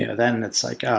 you know then it's like,